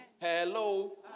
Hello